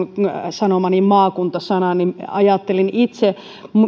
sanomani maakunta sanan niin ajattelin itse että